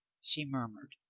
she murmured,